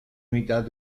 mitad